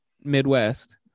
midwest